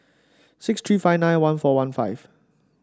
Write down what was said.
six three five nine one four one five